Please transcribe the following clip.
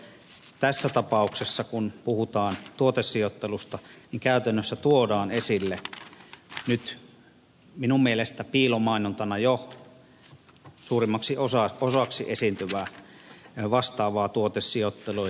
tässä tapauksessa kun puhutaan tuotesijoit telusta niin käytännössä tuodaan esille nyt minun mielestäni piilomainontana jo suurimmaksi osaksi esiintyvää vastaavaa tuotesijoittelua